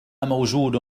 موجود